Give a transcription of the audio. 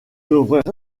devrait